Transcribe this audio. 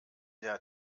der